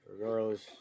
regardless